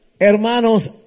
Hermanos